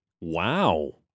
Wow